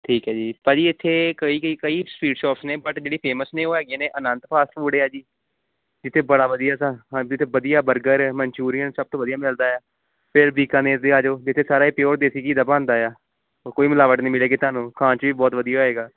ਠੀਕ ਹੈ ਜੀ ਭਾਅ ਜੀ ਇੱਥੇ ਕਈ ਕਈ ਕਈ ਸਵੀਟ ਸ਼ੋਪਸ ਨੇ ਬਟ ਜਿਹੜੀਆਂ ਫੇਮਸ ਨੇ ਉਹ ਹੈਗੀਆ ਨੇ ਅਨੰਤ ਫਾਸਟ ਫੂਡ ਆ ਜੀ ਜਿੱਥੇ ਬੜਾ ਵਧੀਆ ਹੈਗਾ ਹਾਂਜੀ ਉੱਥੇ ਵਧੀਆ ਬਰਗਰ ਮਨਚੂਰੀਅਨ ਸਭ ਤੋਂ ਵਧੀਆ ਮਿਲਦਾ ਆ ਫਿਰ ਬੀਕਾਨੇਰ ਦੇ ਆ ਜਾਓ ਜਿੱਥੇ ਸਾਰਾ ਹੀ ਪਿਓਰ ਦੇਸੀ ਘੀ ਦਾ ਬਣਦਾ ਆ ਓ ਕੋਈ ਮਿਲਾਵਟ ਨਹੀਂ ਮਿਲੇਗੀ ਤੁਹਾਨੂੰ ਖਾਣ 'ਚ ਵੀ ਬਹੁਤ ਵਧੀਆ ਹੋਵੇਗਾ